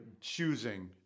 choosing